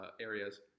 areas